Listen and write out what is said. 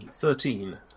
thirteen